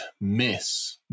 miss